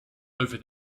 over